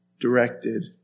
directed